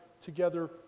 together